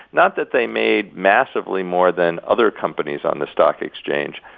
not that they made massively more than other companies on the stock exchange.